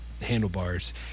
handlebars